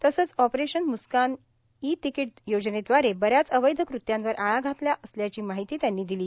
तसंच operation Muskaan e ticket योजनेद्वारे बऱ्याच अवैध कृत्यांवर आळा घातला असल्याची माहिती ही त्यांनी दिली